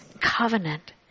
covenant